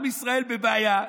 עם ישראל בבעיה.